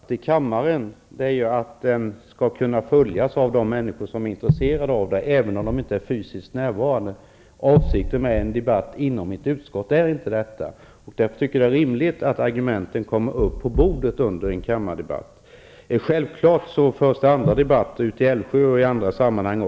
Herr talman! Avsikten med en debatt i kammaren är ju att den skall kunna följas av de människor som är intresserade av den, även om de inte är fysiskt närvarande. Det är inte avsikten med en debatt inom ett utskott. Därför är det rimligt att argumenten så att säga kommer på bordet under en kammardebatt. Självfallet förs det också andra debatter i olika sammanhang.